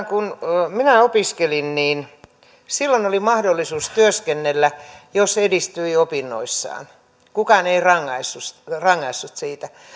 kun minä opiskelin oli mahdollisuus työskennellä jos edistyi opinnoissaan kukaan ei rangaissut rangaissut siitä